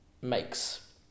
makes